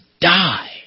die